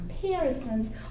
comparisons